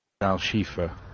Al-Shifa